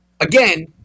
Again